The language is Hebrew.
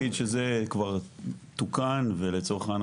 צריך להגיד שזה כבר תוקן ולצורך העניין